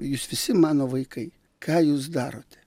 jūs visi mano vaikai ką jūs darote